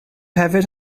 hefyd